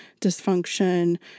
dysfunction